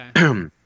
Okay